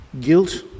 Guilt